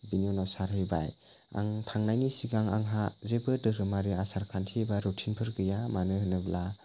बिनि उनाव सारहैबाय आं थांनायनि सिगां आंहा जेबो धोरोमारि आसारखान्थि एबा रुथिनफोर गैया मानो होनोब्ला